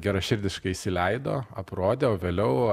geraširdiškai įsileido aprodė o vėliau